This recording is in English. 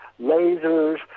lasers